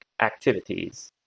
activities